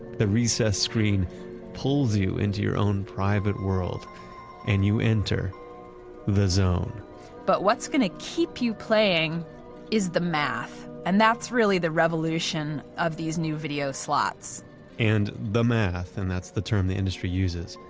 the recessed screen pulls you into your own private world and you enter the zone but what's going to keep you playing is the math, and that's really the revolution of this new video slots and the math and that's the term the industry uses,